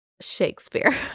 Shakespeare